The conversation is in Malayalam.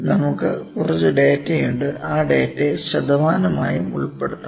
നമുക്ക് കുറച്ച് ഡാറ്റയുണ്ട് ആ ഡാറ്റയെ ശതമാനമായും ഉൾപ്പെടുത്താം